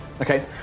Okay